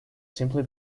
simply